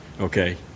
Okay